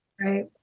Right